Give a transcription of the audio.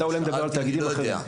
אתה אולי מדבר על תאגידים אחרים.